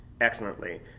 excellently